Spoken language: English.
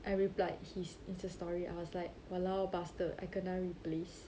I replied his insta story I was like !walao! bastard I kena replace